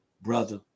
brother